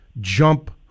jump